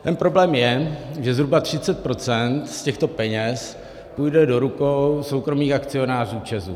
Ten problém je, že zhruba 30 % z těchto peněz půjde do rukou soukromých akcionářů ČEZu.